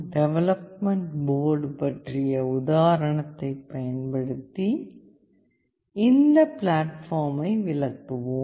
development board பற்றிய உதாரணத்தைப் பயன்படுத்தி இந்த பிளாட்பார்மை விளக்குவோம்